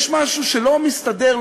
יש משהו שלא מסתדר,